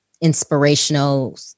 inspirational